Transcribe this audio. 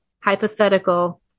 hypothetical